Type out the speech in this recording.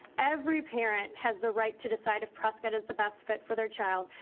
every parent has the right to decide if prescott is the best fit for their child.